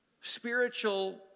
spiritual